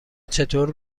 چطور